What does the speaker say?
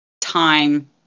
time